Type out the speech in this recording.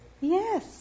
Yes